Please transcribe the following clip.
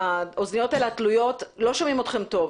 אנחנו יודעים שהפניות לא זוכות לטיפול.